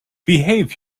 behave